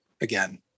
again